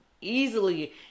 easily